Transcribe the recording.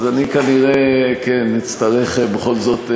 אז כנראה, כן, אצטרך בכל זאת,